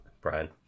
Brian